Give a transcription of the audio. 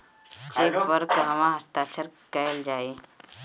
Check पर कहवा हस्ताक्षर कैल जाइ?